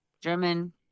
German